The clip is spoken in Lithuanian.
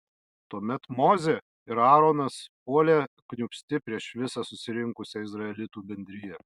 tuomet mozė ir aaronas puolė kniūbsti prieš visą susirinkusią izraelitų bendriją